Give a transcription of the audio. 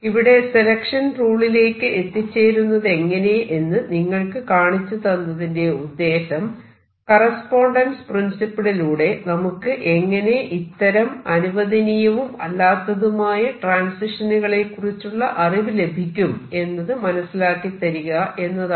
ഇവിടെ സെലക്ഷൻ റൂളിലേക്ക് എത്തിച്ചേരുന്നതെങ്ങനെ എന്ന് നിങ്ങൾക്ക് കാണിച്ചു തന്നതിന്റെ ഉദ്ദേശം കറസ്പോണ്ടൻസ് പ്രിൻസിപ്പിളിലൂടെ നമുക്ക് എങ്ങനെ ഇത്തരം അനുവദനീയവും അല്ലാത്തതുമായ ട്രാൻസിഷനുകളെ കുറിച്ചുള്ള അറിവ് ലഭിക്കും എന്നത് മനസിലാക്കി തരിക എന്നതാണ്